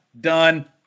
done